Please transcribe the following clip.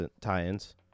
tie-ins